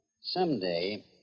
someday